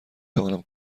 توانم